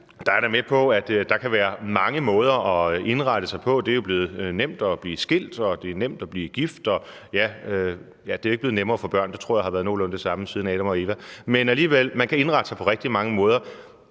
jeg da med på at der kan være mange måder at indrette sig på – det er jo blevet nemt at blive skilt, og det er nemt at blive gift og ja, det er jo ikke blevet nemmere for børn; det tror jeg har været nogenlunde det samme siden Adam og Eva, men alligevel – man kan indrette sig på rigtig mange måder.